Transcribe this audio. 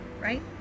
right